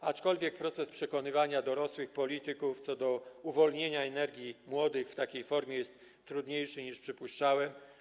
Aczkolwiek proces przekonywania dorosłych polityków co do kwestii uwolnienia energii młodych w takiej formie jest trudniejszy, niż przypuszczałem.